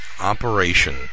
Operation